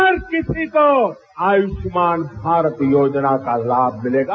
हर किसी को आयुष्मान भारत योजना का लाभ मिलेगा